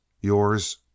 Yours